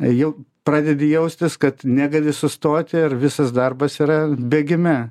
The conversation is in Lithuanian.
jau pradedi jaustis kad negali sustoti ir visas darbas yra bėgime